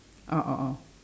oh oh oh